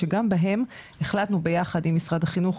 שגם בהם החלטנו יחד עם משרד החינוך,